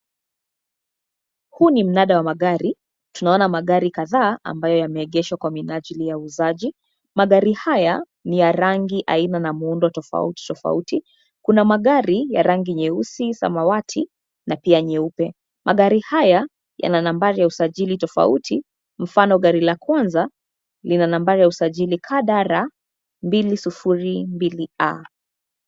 Huu ni mnada wa magari tunaona magari kadhaa ambayo yame egeshwa kwa menajili ya uuzaji. Magari haya ni ya rangi aina na muundo tofauti tofauti kuna magari ya rangi nyeusi, samawati, na pia nyeupe. Magari haya yana nambari ya usajili tofauti. Mfano gari la kwanza lina nambari ya usajili KDR 202 A.